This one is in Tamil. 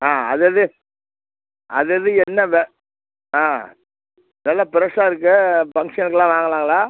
ஆ அதது அதது என்ன ஆ நல்லா ஃப்ரெஷ்ஷாக இருக்குது ஃபங்க்ஷனுக்கெல்லாம் வாங்கலாம்ங்களா